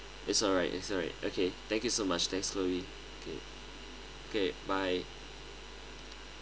it's alright it's alright okay thank you so much thanks chloe okay okay bye